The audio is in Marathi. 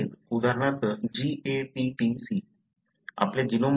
जे आहेत उदाहरणार्थ GATTC